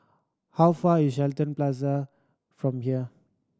how far is Shenton Plaza from here